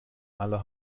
aller